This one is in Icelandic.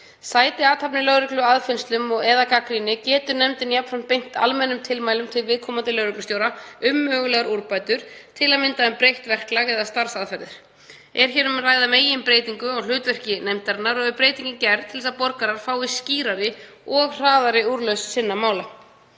Sæti athafnir lögreglu, aðfinnslum og/eða gagnrýni geti nefndin jafnframt beint almennum tilmælum til viðkomandi lögreglustjóra um mögulegar úrbætur, til að mynda um breytt verklag eða starfsaðferðir. Er hér um að ræða meginbreytingu á hlutverki nefndarinnar og er breytingin gerð til þess að borgarar fái skýrari og hraðari úrlausn sinna mála.